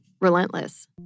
relentless